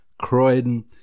Croydon